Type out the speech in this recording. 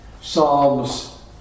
Psalms